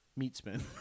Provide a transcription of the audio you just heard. Meatspin